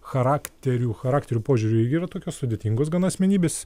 charakterių charakterių požiūriu yra tokios sudėtingos gana asmenybės